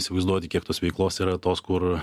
įsivaizduoti kiek tos veiklos yra tos kur